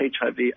HIV